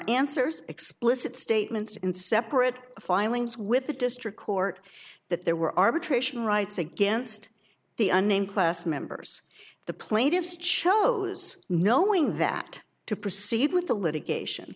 answers explicit statements in separate filings with the district court that there were arbitration rights against the unnamed class members the plaintiffs chose knowing that to proceed with the litigation